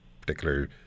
particular